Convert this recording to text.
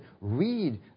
read